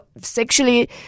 sexually